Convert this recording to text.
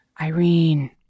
Irene